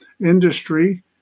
industry